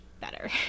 better